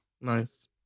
Nice